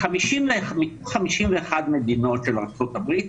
מתוך 51 מדינות של ארצות הברית,